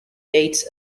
dates